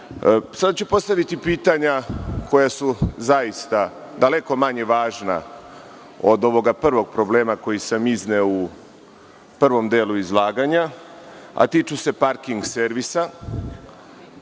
ću postaviti pitanja koja su zaista daleko manje važna od ovog prvog problema koji sam izneo u prvom delu izlaganja, a tiču se parking servisa